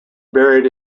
buried